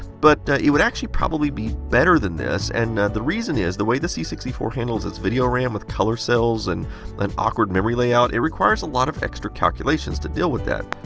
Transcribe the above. but, it would actually probably be better than this. and the reason is, the way the c six four handles it's video ram with color cells and an akward memory layout, it requires a lot of extra calculations to deal with that.